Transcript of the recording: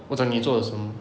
我讲你做了什么